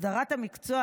הסדרת המקצוע,